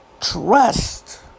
Trust